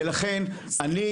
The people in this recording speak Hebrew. ולכן אני,